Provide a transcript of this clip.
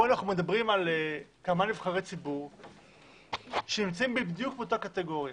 פה אנו מדברים על כמה נבחרי ציבור שנמצאים בדיוק באותה קטגוריה